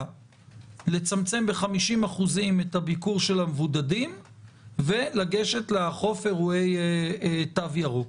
לצמצם ב-50% את הביקור של המבודדים ולגשת לאכוף אירועי תו ירוק?